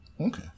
Okay